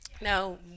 now